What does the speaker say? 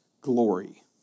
glory